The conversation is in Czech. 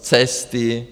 Cesty.